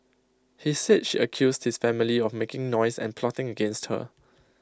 he said she accused his family of making noise and plotting against her